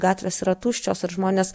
gatvės yra tuščios ir žmonės